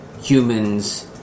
humans